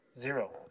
Zero